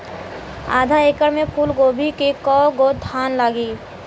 आधा एकड़ में फूलगोभी के कव गो थान लागी?